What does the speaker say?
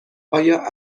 آیا